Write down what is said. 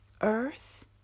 earth